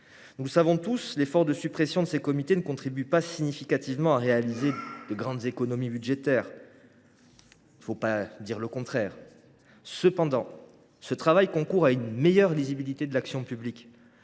Nous le savons tous, l’effort de suppression de ces comités ne contribue pas significativement à l’effort d’économies budgétaire – il faut être lucide. Toutefois, ce travail concourt à une meilleure lisibilité de l’action publique.